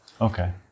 Okay